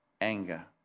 anger